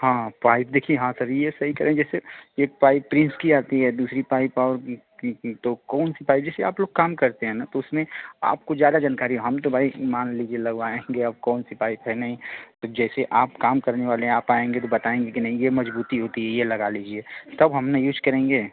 हाँ पाइप देखिए हाँ सर यह सही कह रहे जैसे एक पाइप प्रिन्स की आती है दूसरी पाइप और तो कौनसी पाइप जैसे आप लोग काम करते हैं ना तो उसमें आपको ज्यादा जानकारी है हम तो भाई मान लीजिए लगवाएँगे अब कौनसी पाइप है नहीं तो जैसे आप काम करने वाले हैं आप आएँगे तो बताएँगे कि नहीं यह मज़बूती होती है यह लगा लीजिए तब हम ना यूज़ करेंगे